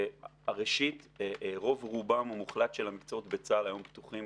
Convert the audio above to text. שראשית רוב רובם המוחלט של המקצועות בצה"ל היום פתוחים